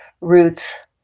roots